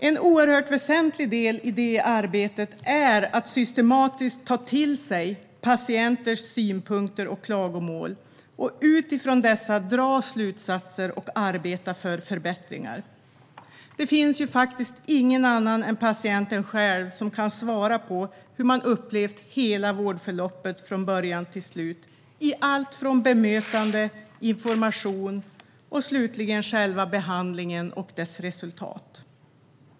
En oerhört väsentlig del i det arbetet är att systematiskt ta till sig patienters synpunkter och klagomål och utifrån dessa dra slutsatser och arbeta för förbättringar. Det finns ju ingen annan än patienten själv som kan svara på hur man upplevt hela vårdförloppet från början till slut i allt från bemötande till information och slutligen själva behandlingen och dess resultat.